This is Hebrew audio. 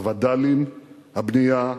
הווד"לים, הבנייה.